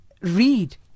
read